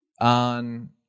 on